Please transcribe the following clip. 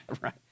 right